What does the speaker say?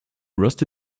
rusty